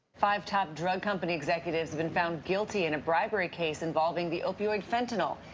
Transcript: five top drug company executives have been found guilty in a bribery case involving the opioid fentanyl.